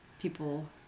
people